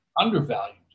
undervalued